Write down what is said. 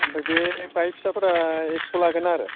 ओमफ्राय बे बाइक फिसाफोरा एकस'लागोन आरो